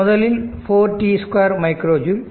முதலில் 4t2 micro joule